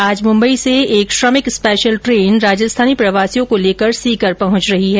आज मुम्बई से एक श्रमिक स्पेशल ट्रेन राजस्थानी प्रवासियों को लेकर सीकर पहुंच रही है